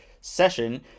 session